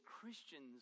Christians